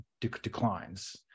declines